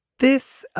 this.